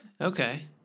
Okay